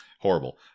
horrible